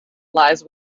lies